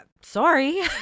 sorry